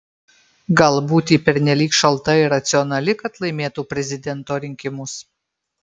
galbūt ji pernelyg šalta ir racionali kad laimėtų prezidento rinkimus